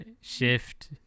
shift